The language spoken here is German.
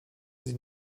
sie